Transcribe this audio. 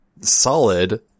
solid